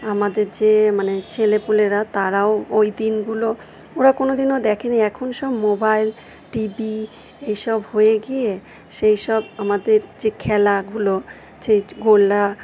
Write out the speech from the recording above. আমাদের যে মানে ছেলেপুলেরা তারাও ওই দিনগুলো ওরা কোন দিনও দেখে নি এখন সব মোবাইল টি ভি এইসব হয়ে গিয়ে সেই সব আমাদের যে খেলাগুলো গোলা